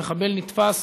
המחבל נתפס,